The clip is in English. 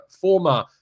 former